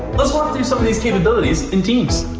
let's walk through some of these capabilities in teams.